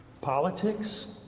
Politics